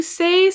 say